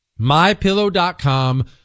MyPillow.com